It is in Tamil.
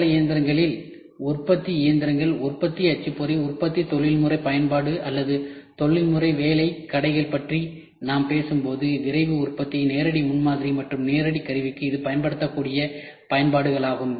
கடை தளஇயந்திரங்கள் உற்பத்தி இயந்திரங்கள் உற்பத்தி அச்சுப்பொறி உற்பத்தியில் தொழில்முறை பயன்பாடு அல்லது தொழில்முறை வேலை கடைகள் பற்றி நாம் பேசும்போது விரைவு உற்பத்தி நேரடி முன்மாதிரி மற்றும் நேரடி கருவிக்கு இது பயன்படுத்தக்கூடிய பயன்பாடுகள்